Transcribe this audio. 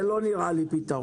זה לא נראה לי פתרון.